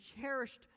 cherished